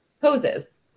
poses